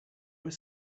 was